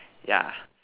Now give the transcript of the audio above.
yeah